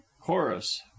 Chorus